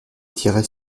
tirait